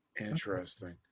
Interesting